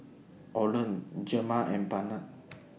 Oland Gemma and Barnett